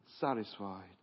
satisfied